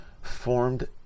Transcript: formed